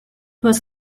was